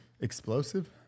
Explosive